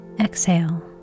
Exhale